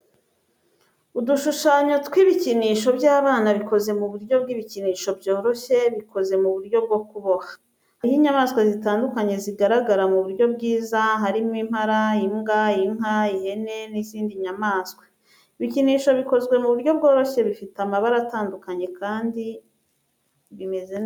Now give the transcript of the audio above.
Udushushanyo tw'ibikinisho by'abana bikoze mu buryo bw'ibikinisho byoroshye bikoze mu buryo bwo kuboha. Hariho inyamaswa zitandukanye zigaragara mu buryo bwiza, harimo impara, imbwa, inka, ihene, n'izindi nyamaswa. Ibikinisho bikozwe mu buryo byoroshye bifite amabara atandukanye kandi bimeze neza.